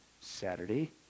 Saturday